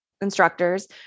instructors